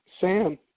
Sam